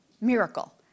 miracle